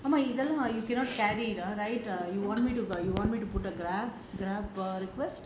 ஆமா இதெல்லாம்:aama ithellaam you cannot carry ah right you want me to you want me to book a Grab Grab for you first